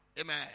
Amen